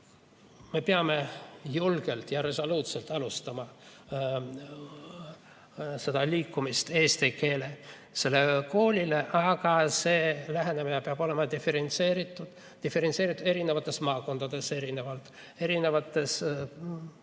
Me peame julgelt ja resoluutselt alustama liikumist eestikeelse kooli poole, aga see lähenemine peab olema diferentseeritud, erinevates maakondades erinev, erinevates